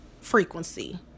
frequency